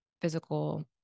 physical